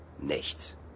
nichts